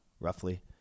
roughly